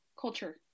culture